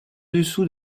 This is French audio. dessous